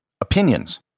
Opinions